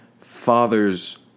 father's